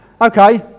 Okay